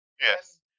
Yes